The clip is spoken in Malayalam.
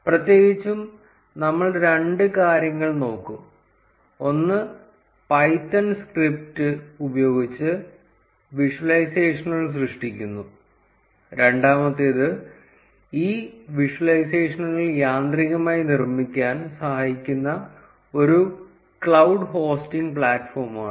പ്രത്യേകിച്ചും നമ്മൾ രണ്ട് കാര്യങ്ങൾ നോക്കും ഒന്ന് പൈത്തൺ സ്ക്രിപ്റ്റ് ഉപയോഗിച്ച് വിഷ്വലൈസേഷനുകൾ സൃഷ്ടിക്കുന്നു രണ്ടാമത്തേത് ഈ വിഷ്വലൈസേഷനുകൾ യാന്ത്രികമായി നിർമ്മിക്കാൻ സഹായിക്കുന്ന ഒരു ക്ലൌഡ് ഹോസ്റ്റിംഗ് പ്ലാറ്റ്ഫോമാണ്